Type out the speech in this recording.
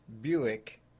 Buick